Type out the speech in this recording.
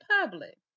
public